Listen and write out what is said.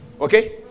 Okay